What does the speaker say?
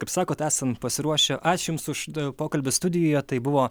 kaip sakot esam pasiruošę ačiū jums už pokalbį studijoje tai buvo